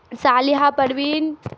Saleha Parveen